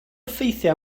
ffeithiau